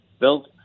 Bill